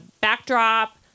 backdrop